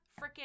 freaking